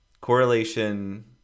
correlation